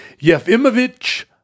Yefimovich